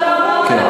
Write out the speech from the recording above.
הוועדה.